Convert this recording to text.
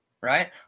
right